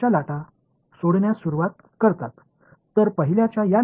எனவே இது முதல் பையனின் அலைகள் மற்றும் இவை இரண்டாவது பையனின் அலைகள்